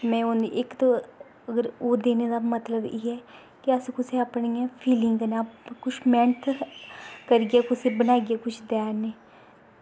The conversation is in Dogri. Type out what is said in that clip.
में हून इक्क ते ओह् देने दा मतलब इ'यै कि अस तुसेंगी अपनी फीलिंग कन्नै कुछ मैह्नत करियै कुछ मैह्नत करियै देना